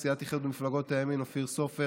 מסיעת איחוד מפלגות הימין: אופיר סופר,